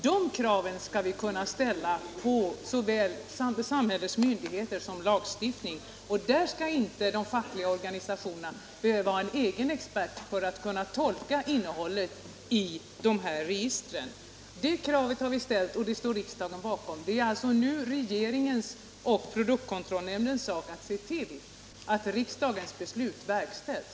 De kraven skall vi kunna ställa såväl på samhällets myndigheter som på lagstiftningen. De fackliga organisationerna skall inte behöva ha en egen expert för att kunna tolka innehållet i detta register. Detta krav har vi ställt och det står riksdagen bakom. Det är nu regeringens och produktkontrollnämndens sak att se till att riksdagens beslut verkställs.